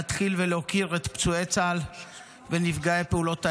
להתחיל ולהוקיר את פצועי צה"ל ונפגעי פעולות האיבה.